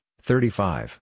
thirty-five